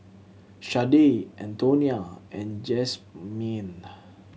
Shardae Antonia and Jazmyne